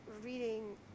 reading